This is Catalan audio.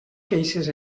queixes